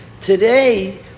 today